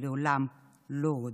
לעולם לא עוד,